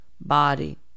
body